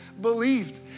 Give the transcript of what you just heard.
believed